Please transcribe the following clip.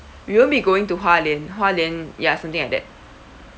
we won't be going to hua lian hua lian ya something like that